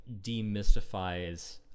demystifies